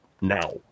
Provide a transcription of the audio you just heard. now